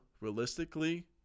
realistically